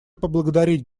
поблагодарить